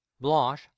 blanche